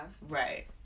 Right